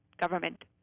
government